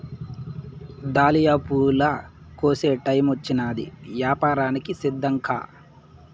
dahlia పూల కోసే టైమొచ్చినాది, యాపారానికి సిద్ధంకా